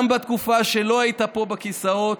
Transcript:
גם בתקופה שלא היית פה בכיסאות,